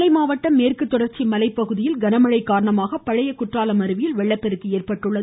குற்றாலம் நெல்லை மாவட்டம் மேற்கு தொடர்ச்சி மலை பகுதியில் கனமழை காரணமாக பழைய குற்றாலம் அருவியில் வெள்ளப்பெருக்கு ஏற்பட்டுள்ளது